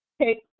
Okay